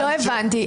לא הבנתי.